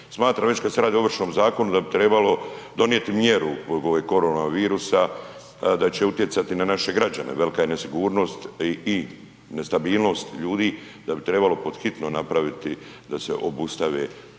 Smatram već kad se radi o Ovršnom zakonu da bi trebalo donijeti mjeru ovaj korona virusa da će utjecati na naše građane, velika je nesigurnost i nestabilnost ljudi, da bi trebalo pod hitno napraviti da se obustave